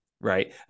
right